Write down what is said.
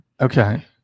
okay